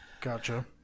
Gotcha